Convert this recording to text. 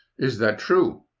is that true?